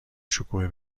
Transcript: شکوه